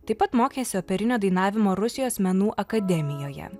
taip pat mokėsi operinio dainavimo rusijos menų akademijoje